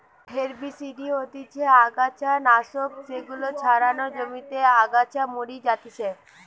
herbicide হতিছে অগাছা নাশক যেগুলা ছড়ালে জমিতে আগাছা মরি যাতিছে